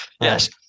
Yes